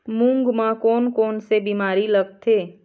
मूंग म कोन कोन से बीमारी लगथे?